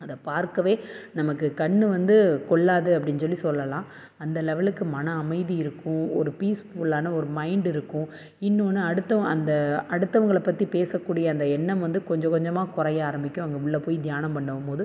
அதை பார்க்கவே நமக்கு கண்ணு வந்து கொள்ளாது அப்படின் சொல்லி சொல்லலாம் அந்த லெவலுக்கு மன அமைதி இருக்கும் ஒரு பீஸ்ஃபுல்லான ஒரு மைண்ட்டிருக்கும் இன்னோன்று அடுத்தவன் அந்த அடுத்தவங்களை பற்றி பேசக்கூடிய அந்த எண்ணம் வந்து கொஞ்சம் கொஞ்சமாக குறைய ஆரமிக்கும் அங்கே உள்ளே போய் தியானம் பண்ணும்போது